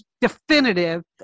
definitive